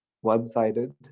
one-sided